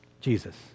Jesus